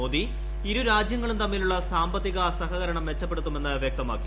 മോദി ഇരു രാജ്യങ്ങളും തമ്മിലുള്ള സാമ്പത്തിക സഹകരണം മെച്ചപ്പെടുത്തുമെന്ന് വ്യക്തമാക്കി